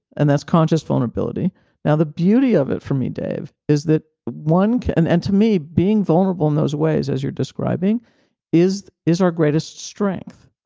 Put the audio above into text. and that's conscious vulnerability now, the beauty of it for me, dave, is that one can. and to me being vulnerable in those ways as you're describing is is our greatest strength.